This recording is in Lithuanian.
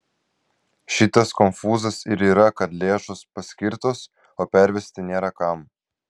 šitas konfūzas ir yra kad lėšos paskirtos o pervesti nėra kam